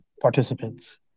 participants